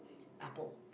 Apple